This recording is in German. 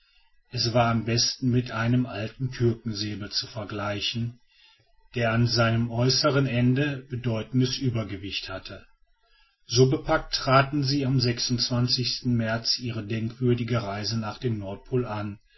es war am besten mit einem alten türkensäbel zu vergleichen der an seinem äußeren ende bedeutendes übergewicht hatte so bepackt traten sie am märz ihre denkwürdige reise nach dem nordpol an